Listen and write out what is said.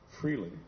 freely